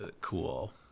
cool